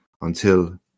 until